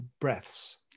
breaths